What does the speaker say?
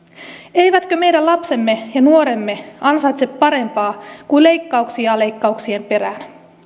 eivätkö meidän lapsemme ja nuoremme ansaitse parempaa kuin leikkauksia leikkauksien perään